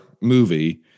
movie